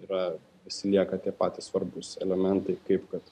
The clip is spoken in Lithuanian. yra pasilieka tie patys svarbūs elementai kaip kad